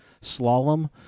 slalom